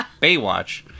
Baywatch